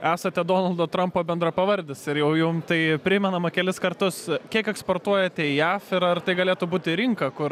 esate donaldo trampo bendrapavardis ir jau jum tai primenama kelis kartus kiek eksportuojate į jav ir ar tai galėtų būti rinka kur